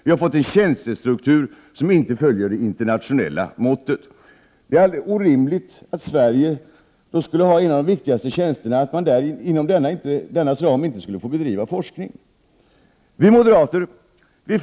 Vi har fått en tjänstestruktur som inte följer det internationella måttet. Det är orimligt att den i Sverige som innehar en av de viktigaste tjänsterna inte skulle få bedriva forskning inom ramen för denna tjänst.